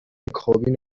کابین